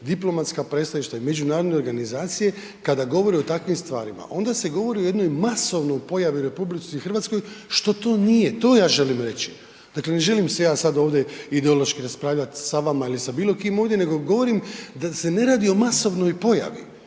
diplomatska predstavništva i međunarodne organizacije kada govori o takvim stvarima. Onda se govori o jednoj masovnoj pojavi u RH što to nije, to ja želim reći. Dakle ne želim se ja sad ovdje ideološki raspravljati sa vama ili sa bilo kim ovdje, nego govorim da se ne radi o masovnoj pojavi.